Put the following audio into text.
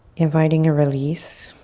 inviting a release,